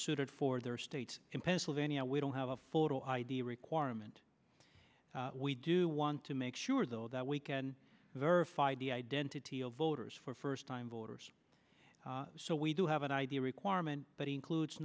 suited for their state in pennsylvania we don't have a photo id requirement we do want to make sure though that we can verify the identity of voters for first time voters so we do have an id requirement but includes